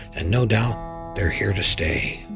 and no doubt they're here to stay.